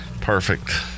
perfect